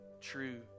true